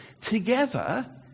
Together